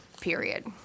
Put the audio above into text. period